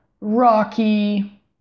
rocky